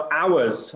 hours